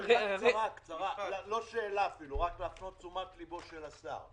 אין לי שאלה אפילו אלא אני רוצה רק להפנות את תשומת ליבו של השר.